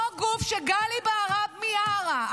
אותו גוף שגלי בהרב מיארה,